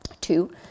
Two